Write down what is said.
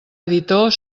editor